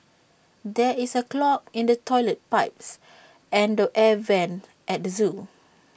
there is A clog in the Toilet Pipe and the air Vents at the Zoo